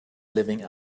living